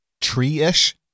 tree-ish